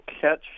catch